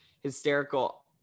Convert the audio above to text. hysterical